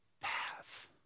path